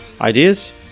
ideas